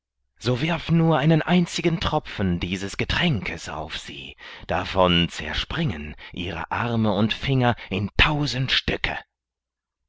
so wirf nur einen einzigen tropfen dieses getränkes auf sie davon zerspringen ihre arme und finger in tausend stücke